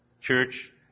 church